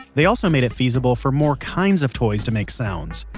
they also made it feasible for more kinds of toys to make sounds.